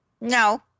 No